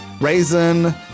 raisin